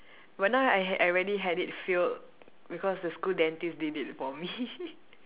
but now I had I already had it filled because the school dentist did it for me